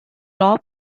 rob